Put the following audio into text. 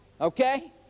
okay